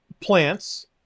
plants